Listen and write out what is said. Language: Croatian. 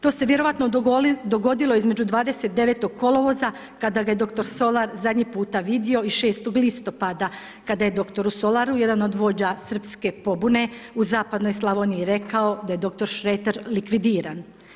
To se vjerojatno dogodilo između 29. kolovoza kada ga je dr. Solar zadnji puta vidio i 6. listopada kada je dr. Solaru jedan od vođa srpske pobune u zapadnoj Slavoniji rekao da je dr. Šreter likvidiran.